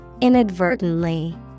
Inadvertently